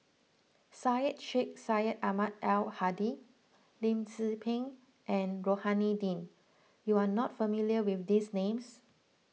Syed Sheikh Syed Ahmad Al Hadi Lim Tze Peng and Rohani Din you are not familiar with these names